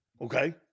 Okay